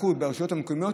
ברשויות המקומיות,